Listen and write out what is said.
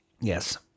Yes